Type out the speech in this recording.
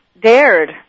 dared